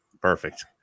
Perfect